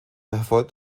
erfolgt